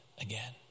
again